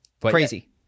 Crazy